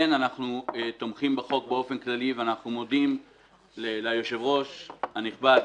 כן אנחנו תומכים בהצעת החוק באופן כללי ואנחנו מודים ליושב-ראש הנכבד,